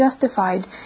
justified